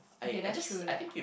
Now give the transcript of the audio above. okay that's true like